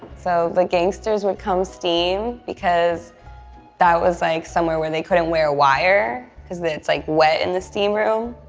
so the gangsters would come steam because that was, like, somewhere where they couldn't wear a wire because it's, like, wet in the steam room.